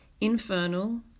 infernal